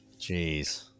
Jeez